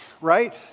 right